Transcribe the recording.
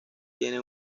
tiene